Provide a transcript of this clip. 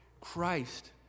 Christ